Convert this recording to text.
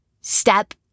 Step